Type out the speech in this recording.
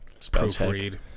proofread